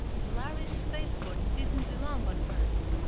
the lhari spaceport didn't belong on earth.